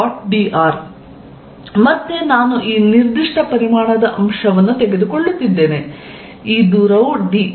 dr ಆದ್ದರಿಂದ ಮತ್ತೆ ನಾನು ಈ ನಿರ್ದಿಷ್ಟ ಪರಿಮಾಣದ ಅಂಶವನ್ನು ತೆಗೆದು ಕೊಳ್ಳುತ್ತಿದ್ದೇನೆ ಈ ದೂರವು dr